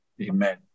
Amen